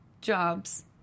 jobs